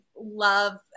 love